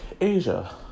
Asia